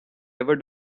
ever